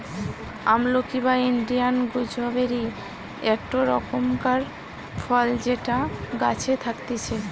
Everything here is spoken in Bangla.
আমলকি বা ইন্ডিয়ান গুজবেরি একটো রকমকার ফল যেটা গাছে থাকতিছে